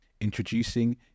Introducing